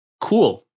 Cool